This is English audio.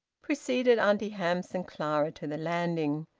preceded auntie hamps and clara to the landing,